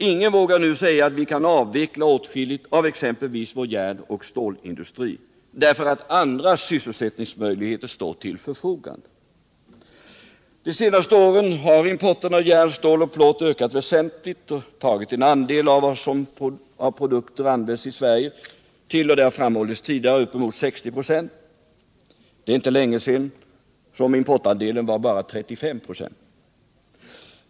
Ingen vågar nu säga att vi kan avveckla åtskilligt av exempelvis vår järnoch stålindustri därför att andra sysselsättningsmöjligheter står till förfogande. De senaste åren har importen av järn, stål och plåt ökat väsentligt och motsvarat, såsom det har framhållits tidigare, en andel av uppemot 60 96 av de produkter som används i Sverige. För inte särskilt länge sedan var importandelen bara 35 96.